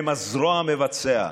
הם הזרוע המבצעת,